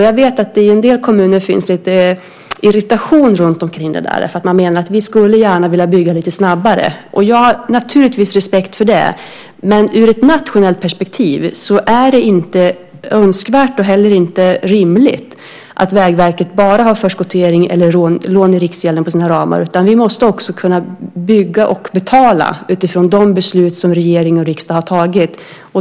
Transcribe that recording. Jag vet att det i en del kommuner finns lite irritation kring detta. Man menar att man gärna skulle vilja bygga lite snabbare. Jag har naturligtvis respekt för det. Ur ett nationellt perspektiv är det dock varken önskvärt eller rimligt att Vägverket bara har förskottering eller lån i Riksgälden på sina ramar. Vi måste också kunna bygga och betala utifrån de beslut som regering och riksdag har tagit.